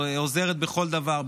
עוזרת בכל דבר,